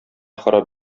харап